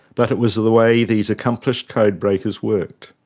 but it was the the way these accomplished code breakers worked.